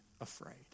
afraid